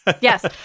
Yes